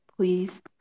Please